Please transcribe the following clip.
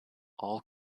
all